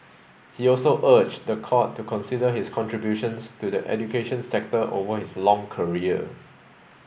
he also urged the court to consider his contributions to the education sector over his long career